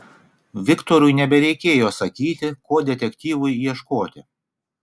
viktorui nebereikėjo sakyti ko detektyvui ieškoti